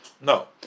No